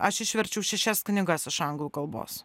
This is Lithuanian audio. aš išverčiau šešias knygas iš anglų kalbos